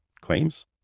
claims